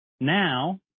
Now